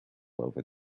over